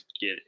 get